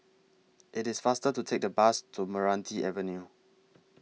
IT IS faster to Take The Bus to Meranti Avenue